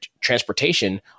transportation